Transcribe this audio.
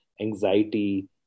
anxiety